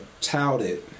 touted